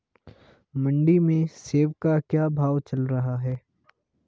मंडी में सेब का क्या भाव चल रहा है?